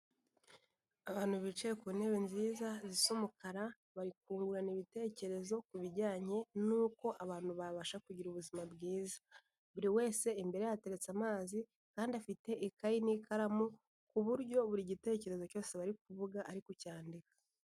Abantu bicaye ku ntebe nziza zisa umukara bari kungurana ibitekerezo ku bijyanye n'uko abantu babasha kugira ubuzima bwiza, buri wese imbere ye hateretse amazi kandi afite ikayi n'ikaramu ku buryo buri gitekerezo cyose bari kuvuga ari kucyandika.